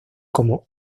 como